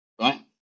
right